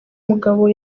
umugabo